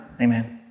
Amen